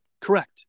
Correct